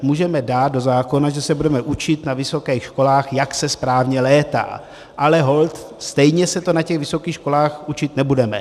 Můžeme dát do zákona, že se budeme učit na vysokých školách, jak se správně létá, ale holt stejně se to na těch vysokých školách učit nebudeme.